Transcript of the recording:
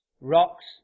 rocks